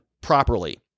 properly